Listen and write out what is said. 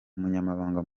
umunyamabanga